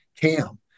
cam